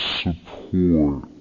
support